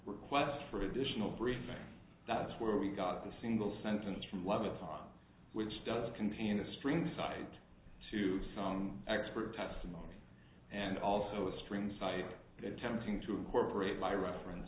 request for additional briefing that's where we got the single sentence from lovett's on which does contain the string side to some expert testimony and also a stream side tempting to incorporate by reference